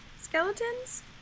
skeletons